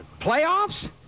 playoffs